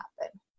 happen